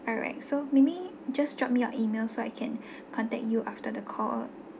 alright so maybe just drop me your email so I can contact you after the call